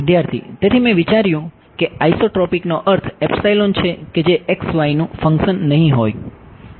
વિદ્યાર્થી તેથી મેં વિચાર્યું કે આઇસોટ્રોપિકનો અર્થ છે કે જે x y નું ફંક્સન નહીં હોય